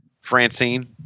Francine